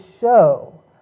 show